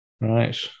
Right